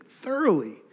thoroughly